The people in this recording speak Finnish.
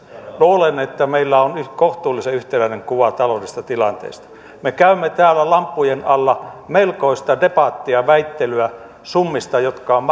luulen että meillä on kohtuullisen yhtenäinen kuva taloudellisesta tilanteesta me käymme täällä lamppujen alla melkoista debattia väittelyä summista jotka ovat